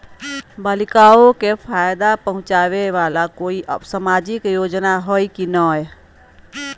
बालिकाओं के फ़ायदा पहुँचाबे वाला कोई सामाजिक योजना हइ की नय?